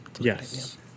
Yes